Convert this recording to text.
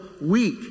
week